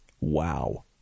Wow